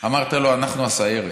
ואמרת לו: אנחנו הסיירת,